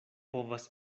povas